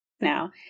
Now